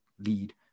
lead